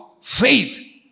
Faith